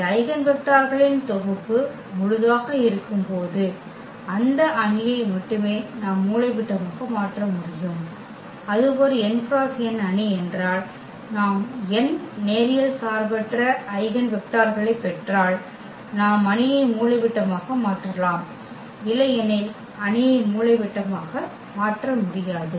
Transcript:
இந்த ஐகென் வெக்டர்களின் தொகுப்பு முழுதாக இருக்கும்போது அந்த அணியை மட்டுமே நாம் மூலைவிட்டமாக மாற்ற முடியும் அது ஒரு n × n அணி என்றால் நாம் n நேரியல் சார்பற்ற ஐகென் வெக்டர்களைப் பெற்றால் நாம் அணியை மூலைவிட்டமாக மாற்றலாம் இல்லையெனில் அணியை மூலைவிட்டமாக மாற்ற முடியாது